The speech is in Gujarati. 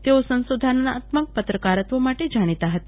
તેઓ સંશોધનાત્મક પત્રકારત્વ માટે જાણીતા હતા